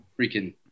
freaking